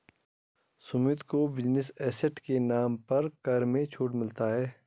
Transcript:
सुमित को business asset के नाम पर कर में छूट मिलता है